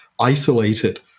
isolated